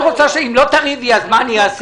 אם לא תריבי אז מה אני אעשה?